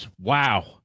Wow